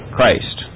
Christ